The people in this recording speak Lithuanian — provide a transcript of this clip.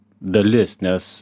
dalis nes